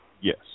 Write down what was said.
Yes